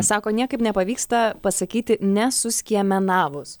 sako niekaip nepavyksta pasakyti nesuskiemenavus